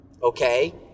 Okay